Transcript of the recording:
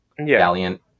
Valiant